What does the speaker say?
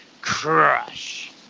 crush